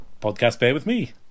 PodcastBearWithMe